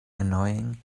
annoying